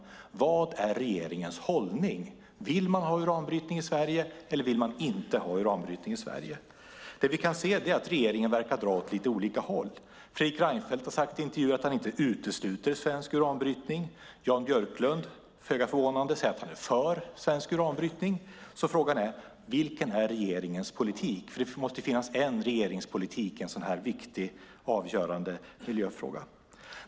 Vad är regeringens hållning? Vill man ha uranbrytning i Sverige, eller vill man inte ha uranbrytning i Sverige? Vi kan se att regeringen verkar dra åt lite olika håll. Fredrik Reinfeldt har sagt i intervjuer att han inte utesluter svensk uranbrytning. Jan Björklund säger, föga förvånande, att han är för svensk uranbrytning. Frågan är: Vilken är regeringens politik? Det måste ju finnas en regeringspolitik i en sådan här viktig och avgörande miljöfråga.